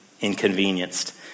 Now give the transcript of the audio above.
inconvenienced